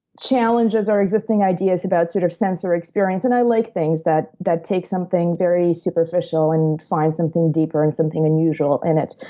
challenge our existing ideas about sort of sensory experience. and i like things that that take something very superficial and find something deeper and something unusual in it.